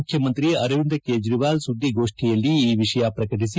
ಮುಖ್ಯಮಂತ್ರಿ ಅರವಿಂದ ಕೇಜ್ವಾಲ್ ಸುದ್ದಿಗೋಷ್ಠಿಯಲ್ಲಿ ಈ ವಿಷಯ ಪ್ರಕಟಿಸಿ